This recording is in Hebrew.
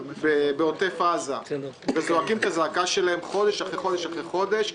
בעוטף עזה וזועקים את הזעקה שלהם חודש אחרי חודש אחרי חודש,